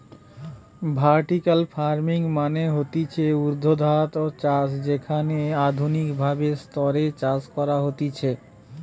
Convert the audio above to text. vertical farming মানে হতিছে ঊর্ধ্বাধ চাষ যেখানে আধুনিক ভাবে স্তরে চাষ করা হতিছে